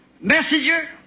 messenger